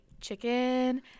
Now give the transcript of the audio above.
chicken